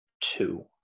two